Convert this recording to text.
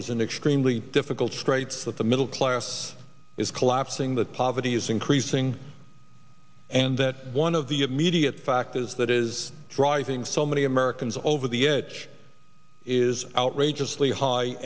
is in extremely difficult straits that the middle class is collapsing that poverty is increasing and that one of the immediate fact is that is driving so many americans over the edge is outrageously high